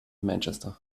manchester